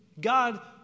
God